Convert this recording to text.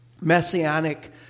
Messianic